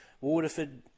Waterford